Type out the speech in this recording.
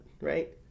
right